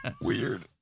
Weird